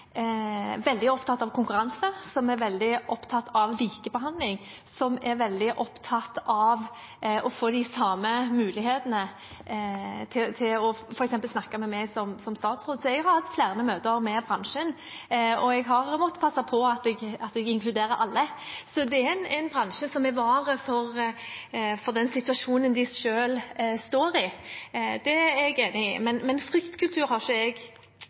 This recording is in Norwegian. veldig opptatt av konkurranse, som er veldig opptatt av likebehandling, og som er veldig opptatt av å få de samme mulighetene til f.eks. å snakke med meg som statsråd. Jeg har hatt flere møter med bransjen, og jeg har måttet passe på at jeg inkluderer alle. Det er en bransje som er var for den situasjonen de står i, det er jeg enig i, men «fryktkultur» har jeg ikke opplevd som beskrivende for bransjen. Det skal være sagt at dette er et tema som har